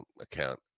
account